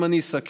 אם אני אסכם,